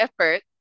effort